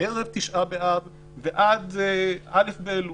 מערב תשעה באב ועד א' באלול.